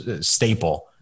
staple